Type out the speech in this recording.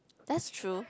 that's true